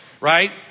Right